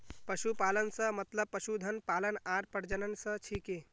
पशुपालन स मतलब पशुधन पालन आर प्रजनन स छिके